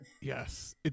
Yes